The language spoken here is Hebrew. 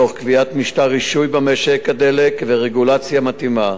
תוך קביעת משטר רישוי במשק הדלק ורגולציה מתאימה,